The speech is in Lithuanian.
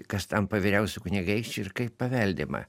kas tampa vyriausiu kunigaikščiu ir kaip paveldima